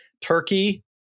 turkey